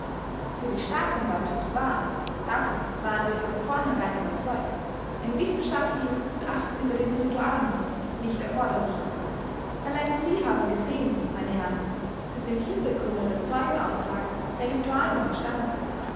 für die staatsanwaltschaft war davon waren wir von vornherein überzeugt ein wissenschaftliches gutachten über den ritualmord nicht erforderlich allein sie haben gesehen m h daß im hintergrunde der zeugenaussagen der ritualmord stand